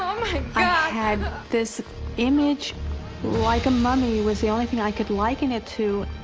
ah had this image like a mummy was the only thing i could liken it to.